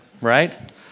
right